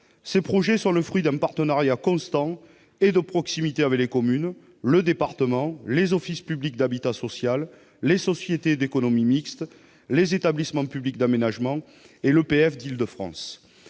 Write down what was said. Ces projets sont le fruit d'un partenariat constant et de proximité entre le syndicat, les communes, le département, les offices publics d'habitat social, les sociétés d'économie mixte, les établissements publics d'aménagement et l'EPF d'Île-de-France.